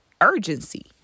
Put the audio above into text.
urgency